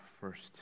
first